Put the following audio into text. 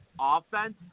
offense